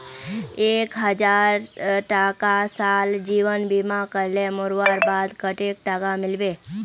एक हजार टका साल जीवन बीमा करले मोरवार बाद कतेक टका मिलबे?